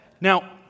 Now